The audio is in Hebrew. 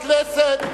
חברי הכנסת.